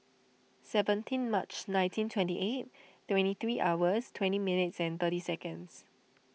seventeen March nineteen twenty eight twenty three hours twenty minutes and thirty seconds